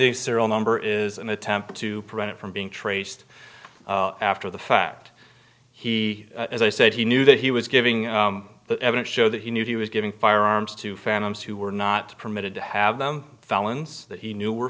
the serial number is an attempt to prevent it from being traced after the fact he as i said he knew that he was giving evidence show that he knew he was giving firearms to phantom's who were not permitted to have them felons that he knew were